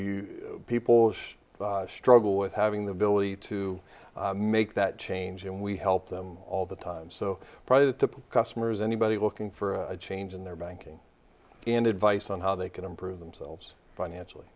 you people struggle with having the ability to make that change and we help them all the time so probably the customers anybody looking for a change in their banking and advice on how they can improve themselves financially